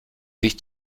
sich